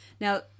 Now